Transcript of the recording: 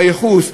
בייחוס,